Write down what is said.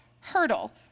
hurdle